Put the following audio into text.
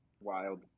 Wild